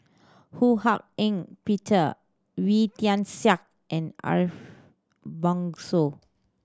Ho Hak Ean Peter Wee Tian Siak and Ariff Bongso